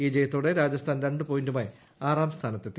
ഈ ജയത്തോടെ രാജസ്ഥാൻ രണ്ട് പോയിന്റുമായി ആറാം സ്ഥാനത്തെത്തി